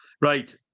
Right